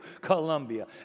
Colombia